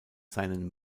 seinen